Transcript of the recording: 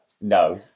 no